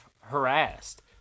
harassed